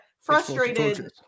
frustrated